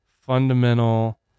fundamental